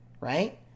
Right